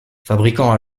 fabricant